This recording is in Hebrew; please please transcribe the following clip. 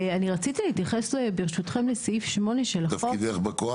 רציתי להתייחס, ברשותכם, לסעיף 8 בהצעת